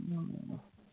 हूँ